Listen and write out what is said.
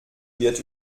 wird